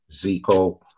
Zico